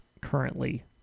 currently